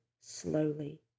slowly